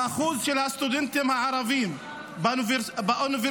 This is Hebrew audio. האחוז של הסטודנטים הערבים באוניברסיטאות